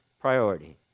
priority